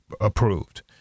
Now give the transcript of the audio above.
approved